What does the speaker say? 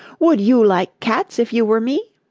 would you like cats if you were me